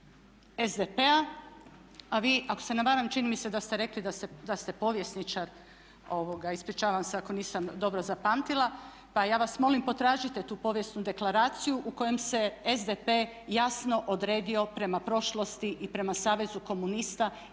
SDP-a a vi ako se ne varam, čini mi se da ste rekli da ste povjesničar, ispričavam se ako nisam dobro zapamtila, pa ja vas molim potražite tu povijesnu deklaraciju u kojoj se SDP jasno odredio prema prošlosti i prema Savezu komunista i prema